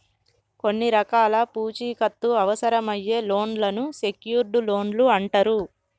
కొన్ని రకాల పూచీకత్తు అవసరమయ్యే లోన్లను సెక్యూర్డ్ లోన్లు అంటరు